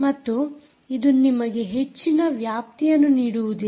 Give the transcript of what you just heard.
ಮತ್ತು ಇದು ನಿಮಗೆ ಹೆಚ್ಚಿನ ವ್ಯಾಪ್ತಿಯನ್ನು ನೀಡುವುದಿಲ್ಲ